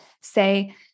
say